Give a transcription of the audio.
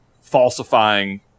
falsifying